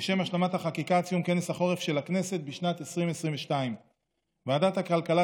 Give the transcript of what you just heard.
לשם השלמת החקיקה עד סיום כנס החורף של הכנסת בשנת 2022. ועדת הכלכלה